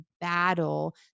battle